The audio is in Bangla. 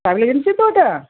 ট্রাভেল এজেন্সি তো এটা